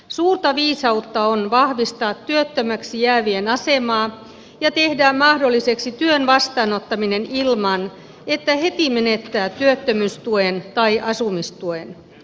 suurta viisautta on vahvistaa työttömiksi jäävien asemaa ja tehdä mahdolliseksi työn vastaanottaminen ilman että heti menettää työttömyystuen tai asumistuen